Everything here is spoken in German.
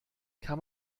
kann